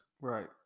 Right